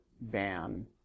ban